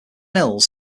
hills